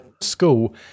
school